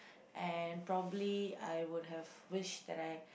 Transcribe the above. and probably I would have wished that I